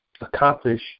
accomplish